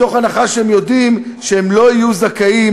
מתוך הנחה שהם יודעים שהם לא יהיו זכאים